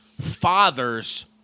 father's